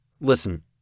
Listen